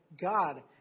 God